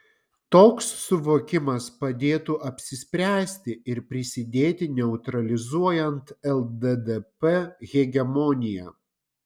toks suvokimas padėtų apsispręsti ir prisidėti neutralizuojant lddp hegemoniją